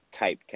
typecast